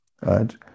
right